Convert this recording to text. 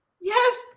Yes